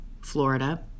Florida